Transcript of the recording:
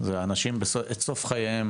האנשים בסוף חייהם